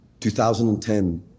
2010